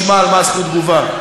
תגובה,